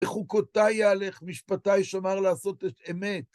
בחוקותיי יהלך, ומשפטי שמר לעשות אמת.